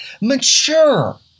Mature